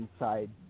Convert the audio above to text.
inside